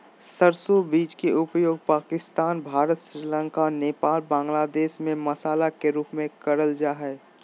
सरसो बीज के उपयोग पाकिस्तान, भारत, श्रीलंका, नेपाल, बांग्लादेश में मसाला के रूप में करल जा हई